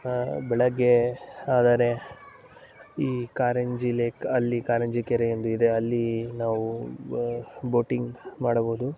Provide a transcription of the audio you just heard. ಬೆಳಗ್ಗೆ ಆದರೆ ಈ ಕಾರಂಜಿ ಲೇಕ್ ಅಲ್ಲಿ ಕಾರಂಜಿ ಕೆರೆ ಎಂದು ಇದೆ ಅಲ್ಲಿ ನಾವು ಬೋಟಿಂಗ್ ಮಾಡಬೋದು